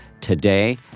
today